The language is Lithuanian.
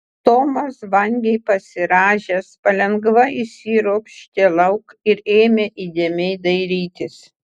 tomas vangiai pasirąžęs palengva išsiropštė lauk ir ėmė įdėmiai dairytis